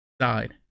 side